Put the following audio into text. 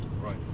Right